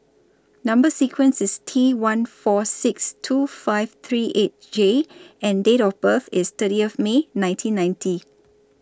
Number sequence IS T one four six two five three eight J and Date of birth IS thirty of May nineteen ninety